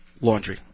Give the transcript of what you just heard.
laundry